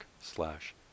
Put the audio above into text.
slash